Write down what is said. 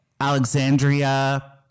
Alexandria